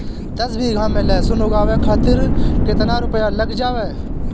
दस बीघा में लहसुन उगावे खातिर केतना रुपया लग जाले?